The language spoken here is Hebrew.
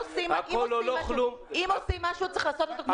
אם עושים משהו, צריך לעשות אותו כמו שצריך.